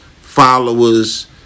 followers